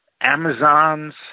Amazons